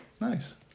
Nice